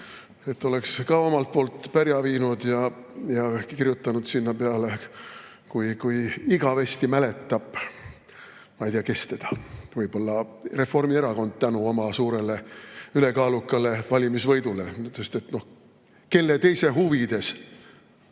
Oleks ka omalt poolt pärja viinud ja kirjutanud sinna peale, kuidas igavesti mäletab teda ma-ei-tea-kes – võib-olla Reformierakond tänu oma suurele ülekaalukale valimisvõidule. Sest kelle teise huvides